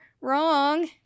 wrong